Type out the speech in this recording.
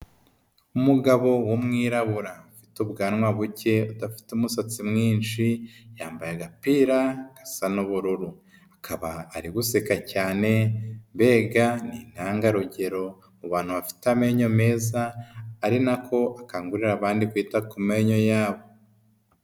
Umugabo w'umwirabura ufite ubwanwa buke adafite umusatsi mwinshi yambaye agapira gasa n'ubururu, akaba ari guseka cyane mbega n'intangarugero mu bantu bafite amenyo meza ari nako akangurira abandi kwita ku menyo yabo.